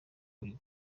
buri